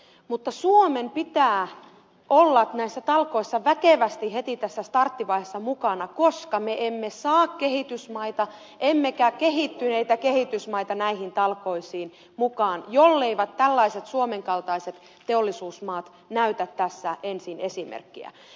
mutta suomen pitää olla näissä talkoissa väkevästi heti tässä starttivaiheessa mukana koska me emme saa kehitysmaita emmekä kehittyneitä kehitysmaita näihin talkoisiin mukaan jolleivät tällaiset suomen kaltaiset teollisuusmaat näytä tässä ensin esimerkkiä